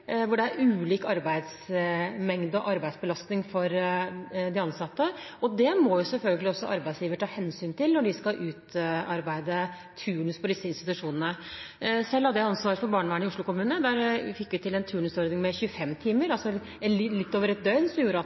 hvor det er ulik arbeidsmengde og arbeidsbelastning for de ansatte, og det må jo selvfølgelig arbeidsgivere ta hensyn til når de skal utarbeide turnus på disse institusjonene. Selv hadde jeg ansvaret for barnevernet i Oslo kommune. Der fikk vi til en turnusordning med 25 timer, altså litt over et døgn, som gjorde at